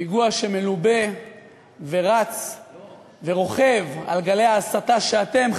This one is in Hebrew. פיגוע שמלובה ורץ ורוכב על גלי ההסתה שאתם,